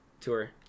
tour